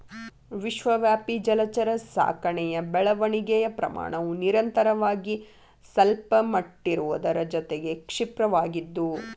ವಿಶ್ವವ್ಯಾಪಿ ಜಲಚರ ಸಾಕಣೆಯ ಬೆಳವಣಿಗೆಯ ಪ್ರಮಾಣವು ನಿರಂತರವಾಗಿ ಸಲ್ಪಟ್ಟಿರುವುದರ ಜೊತೆಗೆ ಕ್ಷಿಪ್ರವಾಗಿದ್ದು